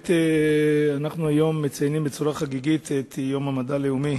אנחנו מציינים היום את יום המדע הלאומי